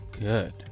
Good